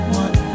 one